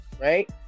right